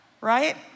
right